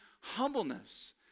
humbleness